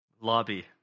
lobby